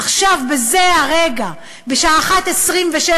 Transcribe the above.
עכשיו, בזה הרגע, בשעה 01:27,